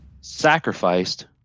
sacrificed